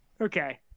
Okay